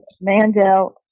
Mandel